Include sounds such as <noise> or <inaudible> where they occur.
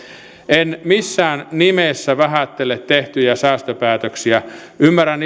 en missään nimessä vähättele tehtyjä säästöpäätöksiä ymmärrän <unintelligible>